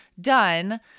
done